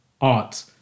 art